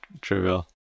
trivial